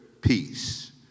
peace